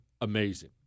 amazing